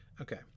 Okay